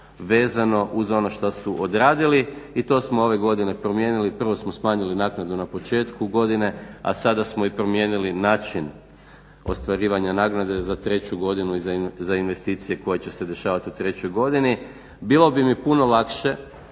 vezano uz ono šta su uradili i to smo ove godine promijenili. Prvo smo smanjili naknadu na početku godine a sada smo i promijenili i način ostvarivanja nagrade za treću godinu i za investicije koje će se dešavati u trećoj godini. Bilo bi mi puno lakše